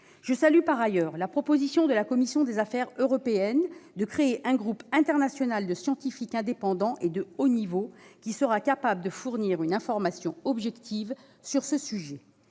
Je salue, par ailleurs, la proposition de la commission des affaires européennes de créer un groupe international de scientifiques indépendants et de haut niveau, qui sera capable de fournir une information objective sur ce sujet.